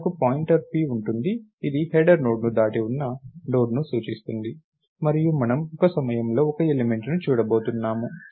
మనకు pointer p ఉంటుంది ఇది హెడర్ నోడ్ను దాటి ఉన్న నోడ్ను సూచిస్తుంది మరియు మనము ఒక సమయంలో ఒక ఎలిమెంట్ ను చూడబోతున్నాము